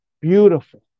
Beautiful